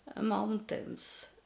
mountains